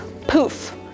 poof